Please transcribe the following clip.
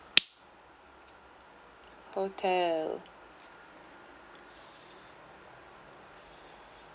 hotel